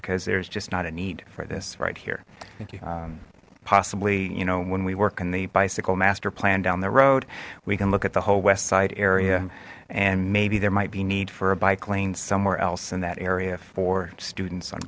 because there's just not a need for this right here possibly you know when we work in the bicycle master plan down the road we can look at the whole west side area and maybe there might be need for a bike lanes somewhere else in that area for students on